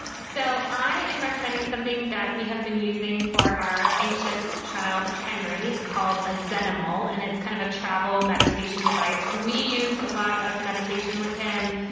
so i am recommending something that we have been using for our anxious child. henry called a zoo animal, and it's kind of a travel meditation device. and we use a lot of meditation with him,